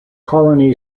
colony